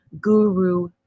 Guru